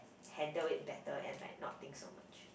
handled it better and like not think so much